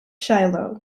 shiloh